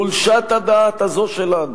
חולשת הדעת הזו שלנו,